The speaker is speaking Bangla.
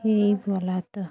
এই বলাতো